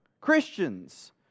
Christians